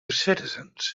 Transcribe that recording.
citizens